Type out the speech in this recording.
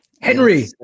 henry